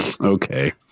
Okay